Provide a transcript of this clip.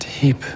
Deep